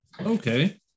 Okay